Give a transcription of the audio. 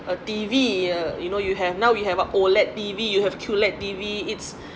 a T_V uh you know you have now you have a OLED T_V you have TOLED T_V it's